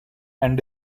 and